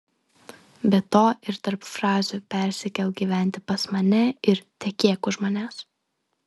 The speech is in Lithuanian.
be to ir tarp frazių persikelk gyventi pas mane ir tekėk už manęs